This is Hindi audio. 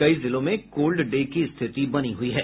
कई जिलों में कोल्ड डे की स्थिति बनी हुई है